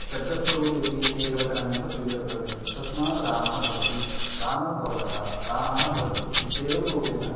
शब्दस्वरूपेपि एकवचनमेव स्वीकर्तव्यं तस्मात् रामः भवति रामो भवतः रामाः भवन्ति इत्येवं रूपेण